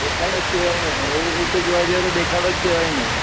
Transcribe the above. દેખાડો જ કહેવાય ને પણ એક રીતે જોવા જાઓ તો દેખાડો જે કહેવાય ને